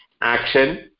Action